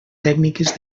tècniques